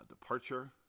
Departure